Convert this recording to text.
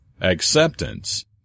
acceptance